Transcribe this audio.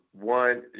one